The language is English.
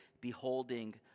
beholding